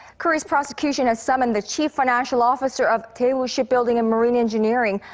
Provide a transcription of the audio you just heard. korea's prosecution has summoned the chief financial officer of daewoo shipbuilding and marine engineering,